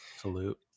Salute